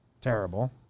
Terrible